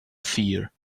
fear